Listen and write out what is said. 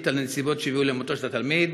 על הנסיבות שהביאו למותו של התלמיד?